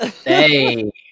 Hey